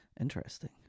Interesting